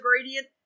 gradient